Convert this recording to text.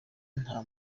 nta